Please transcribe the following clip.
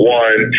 one